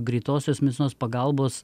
greitosios medicinos pagalbos